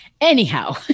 Anyhow